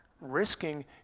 risking